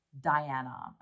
diana